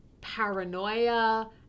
paranoia